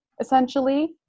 essentially